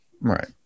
Right